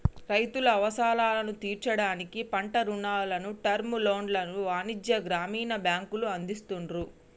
రైతుల అవసరాలను తీర్చడానికి పంట రుణాలను, టర్మ్ లోన్లను వాణిజ్య, గ్రామీణ బ్యాంకులు అందిస్తున్రు